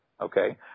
Okay